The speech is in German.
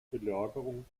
belagerung